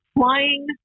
flying